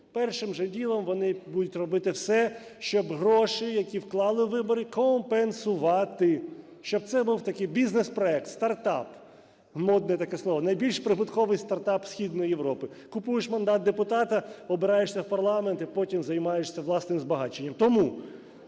першим же ділом вони будуть робити все, щоб гроші, які вклали у вибори, компенсувати, щоб це був такий бізнес-проект, стартап (модне таке слово), найбільш прибутковий стартап Східної Європи: купуєш мандат депутата, обираєшся в парламент і потім займаєшся власним збагаченням. Тому